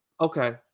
okay